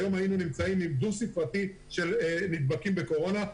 היום היינו נמצאים עם דו ספרתי של נדבקים בקורונה.